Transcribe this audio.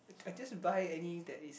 I just buy any that is